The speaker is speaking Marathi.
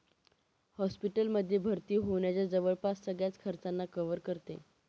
हॉस्पिटल मध्ये भर्ती होण्याच्या जवळपास सगळ्याच खर्चांना कव्हर करते